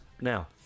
Now